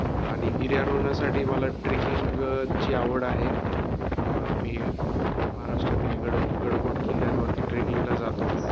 आणि गिर्यारोहणासाठी मला ट्रेकिंगची आवड आहे मी महाराष्ट्रातील गड गडकोट किल्ल्यांवरती ट्रेकिंगला जातो